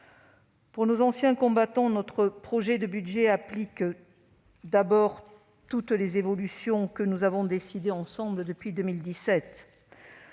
Pour nos anciens combattants, notre projet de budget applique d'abord toutes les évolutions que nous avons décidées ensemble depuis 2017.